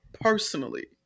personally